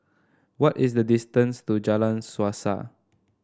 what is the distance to Jalan Suasa